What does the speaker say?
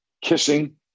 Kissing